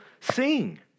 sing